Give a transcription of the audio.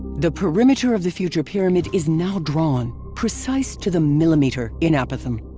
the perimeter of the future pyramid is now drawn, precise to the millimeter, in apothem.